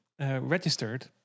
registered